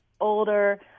older